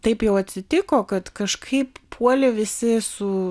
taip jau atsitiko kad kažkaip puolė visi su